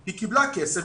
היא קיבלה כסף